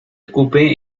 escupe